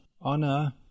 honor